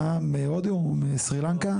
אתה מהודו או מסרינלנקה?